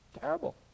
Terrible